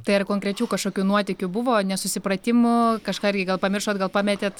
tai ar konkrečių kažkokių nuotykių buvo nesusipratimų kažką irgi gal pamiršot gal pametėt